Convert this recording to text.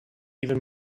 even